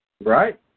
Right